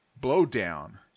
blowdown